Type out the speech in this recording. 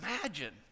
imagine